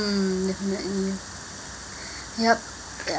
definitely yup ya